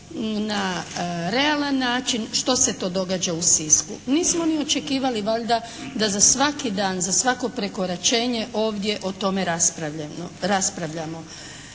na realan način što se to događa u Sisku. Nismo ni očekivali valjda da za svaki dan, za svako prekoračenje ovdje o tome raspravljamo.